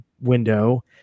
window